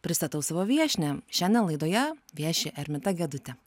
pristatau savo viešnią šiandien laidoje vieši ermita gedutė